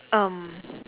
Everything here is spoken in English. um